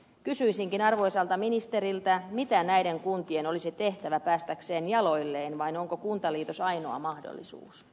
kysyisinkin arvoisalta ministeriltä mitä näiden kuntien olisi tehtävä päästäkseen jaloilleen vai onko kuntaliitos ainoa mahdollisuus